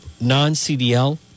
non-CDL